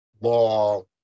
law